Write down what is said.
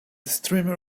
streamer